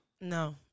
No